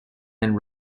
and